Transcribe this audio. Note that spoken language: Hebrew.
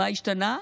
מה השתנה?